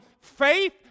faith